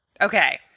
Okay